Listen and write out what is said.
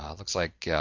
um looks like, yeah